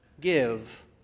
give